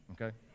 Okay